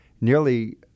nearly